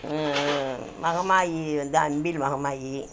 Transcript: மகமாயி வந்து அன்பில் மகமாயி